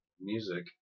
music